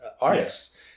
artists